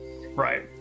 right